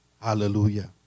Hallelujah